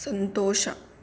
ಸಂತೋಷ